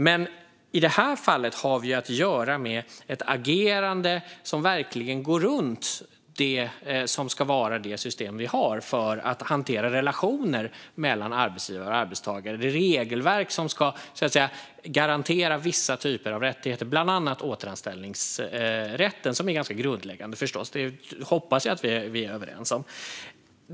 Men i det här fallet har vi att göra med ett agerande som verkligen går runt det som ska vara det system som finns för att hantera relationer mellan arbetsgivare och arbetstagare, det vill säga det regelverk som ska garantera vissa typer av rättigheter. Det gäller bland annat återanställningsrätten. Den är förstås grundläggande, och det hoppas jag att vi är överens om.